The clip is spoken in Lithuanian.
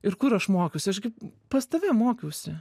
ir kur aš mokiausi aš gi pas tave mokiausi